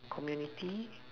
community